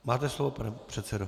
Máte slovo, pane předsedo.